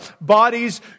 bodies